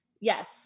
Yes